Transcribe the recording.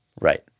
right